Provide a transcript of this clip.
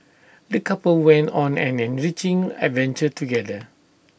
the couple went on an enriching adventure together